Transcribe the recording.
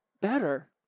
better